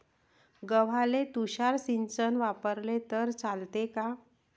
गव्हाले तुषार सिंचन वापरले तर चालते का?